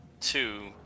two